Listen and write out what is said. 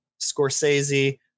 Scorsese